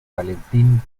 valentín